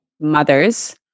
mothers